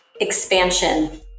Expansion